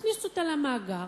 תכניס אותה למאגר,